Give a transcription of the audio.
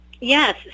Yes